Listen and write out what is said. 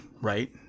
right